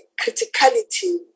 criticality